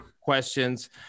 questions